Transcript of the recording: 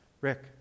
Rick